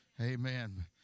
Amen